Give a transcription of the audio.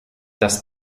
das